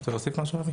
רוצה להוסיף משהו אבי?